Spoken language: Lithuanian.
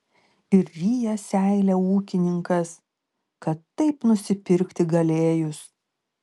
ir ryja seilę ūkininkas kad taip nusipirkti galėjus